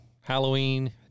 Halloween